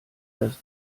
dass